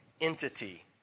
entity